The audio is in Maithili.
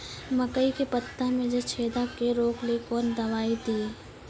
मकई के पता मे जे छेदा क्या रोक ले ली कौन दवाई दी?